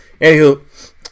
Anywho